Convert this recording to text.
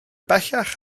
bellach